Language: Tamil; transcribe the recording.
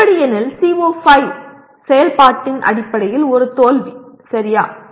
அப்படி எனில் CO5 செயல்பாட்டின் அடிப்படையில் ஒரு தோல்வி சரியா